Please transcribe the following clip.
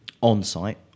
on-site